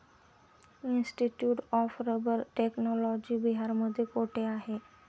Institute of rubber technology बिहारमध्ये कोठे आहे?